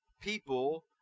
people